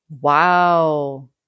Wow